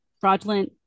fraudulent